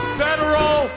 federal